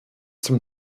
zum